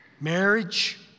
Marriage